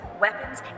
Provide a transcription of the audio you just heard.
weapons